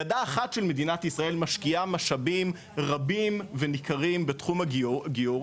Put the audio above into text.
ידה אחת של מדינת ישראל משקיעה משאבים רבים וניכרים בתחום הגיור,